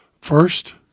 first